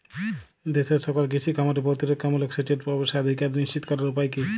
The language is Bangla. দেশের সকল কৃষি খামারে প্রতিরক্ষামূলক সেচের প্রবেশাধিকার নিশ্চিত করার উপায় কি?